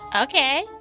Okay